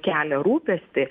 kelia rūpestį